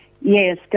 Yes